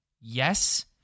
Yes